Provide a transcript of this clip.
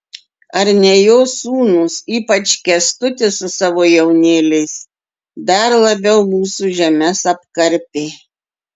ar ne jo sūnūs ypač kęstutis su savo jaunėliais dar labiau mūsų žemes apkarpė